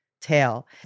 tail